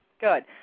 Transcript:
Good